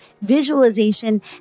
visualization